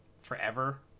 forever